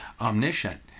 omniscient